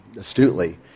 astutely